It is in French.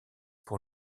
pour